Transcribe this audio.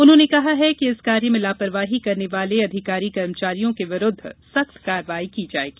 उन्होंने कहा है कि इस कार्य में लापरवाही करने वाले अधिकारी कर्मचारी के विरुद्व सख्त कार्यवाही की जायेगी